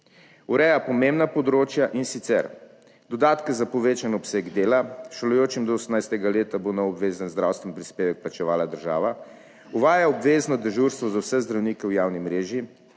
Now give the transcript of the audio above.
Ureja pomembna področja, in sicer: dodatke za povečan obseg dela šolajočim do 18. leta bo nov obvezen zdravstveni prispevek plačevala država; uvaja obvezno dežurstvo za vse zdravnike v javni mreži;